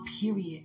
period